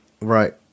right